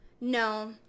No